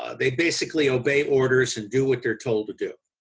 they basically obey orders and do what they're told to do.